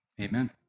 Amen